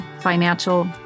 financial